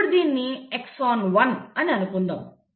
ఇప్పుడు దీనిని ఎక్సన్ 1 అని అనుకుందాం